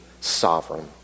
sovereign